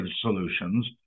solutions